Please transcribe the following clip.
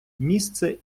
місце